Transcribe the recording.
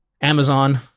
Amazon